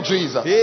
Jesus